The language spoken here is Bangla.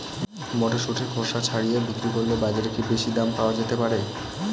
মটরশুটির খোসা ছাড়িয়ে বিক্রি করলে বাজারে কী বেশী দাম পাওয়া যেতে পারে?